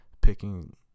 picking